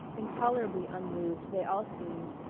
intolerably unmoved they all seemed,